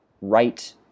right